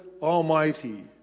Almighty